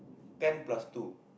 ten plus two